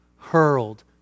hurled